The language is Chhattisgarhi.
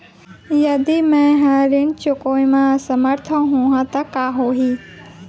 यदि मैं ह ऋण चुकोय म असमर्थ होहा त का होही?